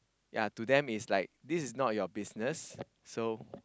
ya to them is like this is not your business so